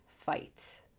fight